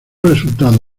resultado